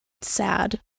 sad